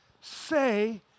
say